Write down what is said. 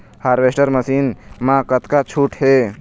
Harvester machine मा कतका छूट हे?